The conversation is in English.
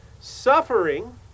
suffering